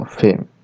fame